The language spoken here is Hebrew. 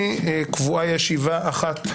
מבחינתי תיקבע ישיבה אחת.